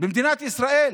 במדינת ישראל,